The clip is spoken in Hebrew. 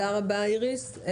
תודה רבה איריס.